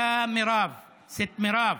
(אומר בערבית: יא מרב,